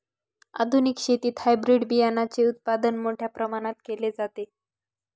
आधुनिक शेतीत हायब्रिड बियाणाचे उत्पादन मोठ्या प्रमाणात केले जाते